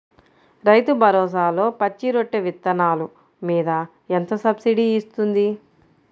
రైతు భరోసాలో పచ్చి రొట్టె విత్తనాలు మీద ఎంత సబ్సిడీ ఇస్తుంది?